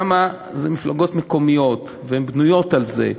שם זה מפלגות מקומיות, והן בנויות על זה,